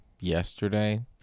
yesterday